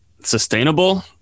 sustainable